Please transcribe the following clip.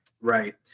Right